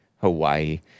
Hawaii